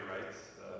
rights